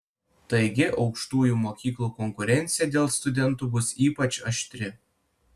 taigi aukštųjų mokyklų konkurencija dėl studentų bus ypač aštri